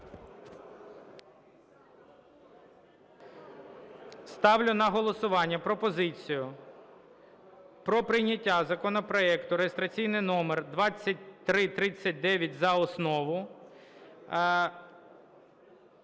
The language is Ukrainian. Ставлю на голосування пропозицію про прийняття законопроекту (реєстраційний номер 2339) за основу.